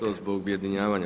To zbog ujedinjavanja.